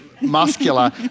muscular